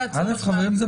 חברים,